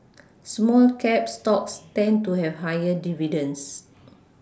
small cap stocks tend to have higher dividends